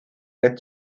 red